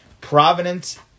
Providence